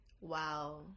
Wow